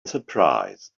surprise